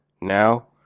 now